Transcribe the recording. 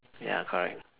ya correct